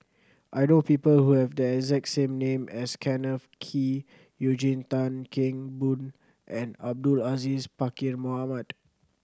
I know people who have the exact same name as Kenneth Kee Eugene Tan Kheng Boon and Abdul Aziz Pakkeer Mohamed